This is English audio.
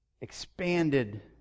expanded